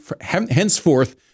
henceforth